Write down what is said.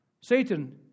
Satan